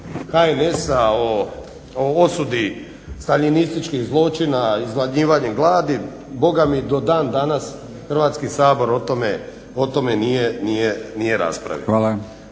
HNS-a o osudi staljinističkih zločina izgladnjivanjem gladi, bogami do dan danas Hrvatski sabor o tome nije raspravio.